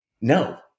No